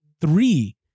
three